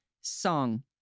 song